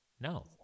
No